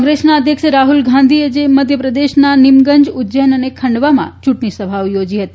કોંગ્રેસના અધ્યક્ષ રાહ઼લ ગાંધી મધ્યપ્રદેશમાં નિમગંજ ઉજ્જૈન અને ખાંડવામાં ચૂંટણી સભા યોજી છે